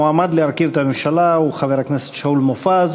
המועמד להרכיב את הממשלה הוא חבר הכנסת שאול מופז,